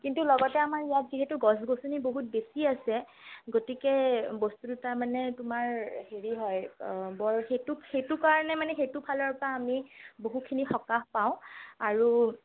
কিন্তু লগতে আমাৰ ইয়াত যিহেতু গছ গছনি বহুত বেছি আছে গতিকে বস্তুটো তাৰমানে তোমাৰ হেৰি হয় বৰ সেইটো সেইটো কাৰণে মানে সেইটো ফালৰ পৰা আমি বহুখিনি সকাহ পাওঁ আৰু